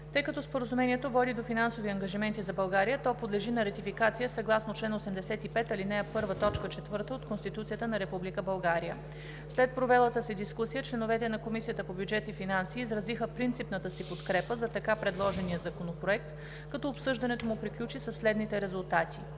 Тъй като Споразумението води до финансови ангажименти за България, то подлежи на ратификация съгласно чл. 85, ал. 1, т. 4 от Конституцията на Република България. След провелата се дискусия, членовете на Комисията по бюджет и финанси изразиха принципната си подкрепа за така предложения законопроект, като обсъждането му приключи със следните резултати: